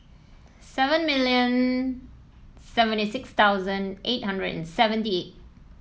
seven million seventy six thousand eight hundred and seventy eight